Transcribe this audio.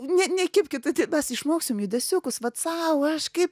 ne nekibkit mes išmoksim judesiukus vat sau aš kaip